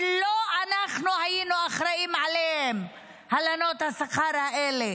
שלא אנחנו אחראים להלנות השכר האלה.